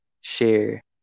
share